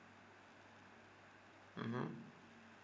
mmhmm